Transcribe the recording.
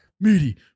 Meaty